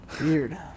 Weird